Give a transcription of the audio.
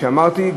שאמרתי,